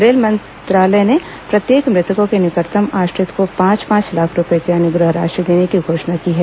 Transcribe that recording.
rail मंत्रालय ने प्रत्येक मृतकों के निकटतम आश्रित को पांच पांच लाख रुपये की अनुग्रह राशि देने की घोषणा की है